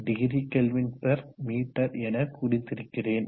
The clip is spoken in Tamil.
026 W°Km என குறித்திருக்கிறேன்